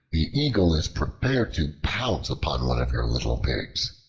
the eagle is prepared to pounce upon one of your little pigs.